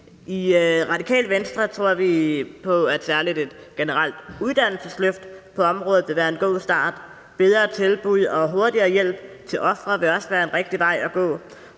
I Radikale Venstre tror vi på, at særlig et generelt uddannelsesløft på området vil være en god start. Bedre tilbud og hurtigere hjælp til ofre vil også være en rigtig vej at gå.